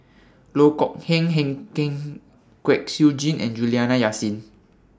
Loh Kok Heng Kwek Siew Jin and Juliana Yasin